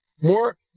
More